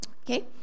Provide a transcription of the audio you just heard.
Okay